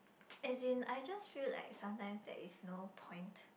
as in I just feel like sometimes there is no point